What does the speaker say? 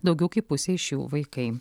daugiau kaip pusė iš jų vaikai